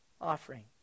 offering